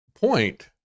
point